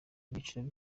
ibyiciro